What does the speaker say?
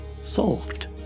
solved